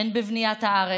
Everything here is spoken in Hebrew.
הן בבניית הארץ,